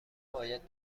باید